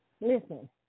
Listen